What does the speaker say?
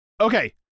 Okay